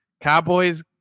Cowboys